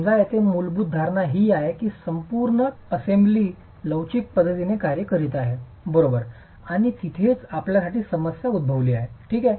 समजा येथे मूलभूत धारणा ही आहे की संपूर्ण असेंब्ली लवचिक पद्धतीने कार्य करीत आहे बरोबर आणि तिथेच आपल्यासाठी समस्या उद्भवली आहे ठीक आहे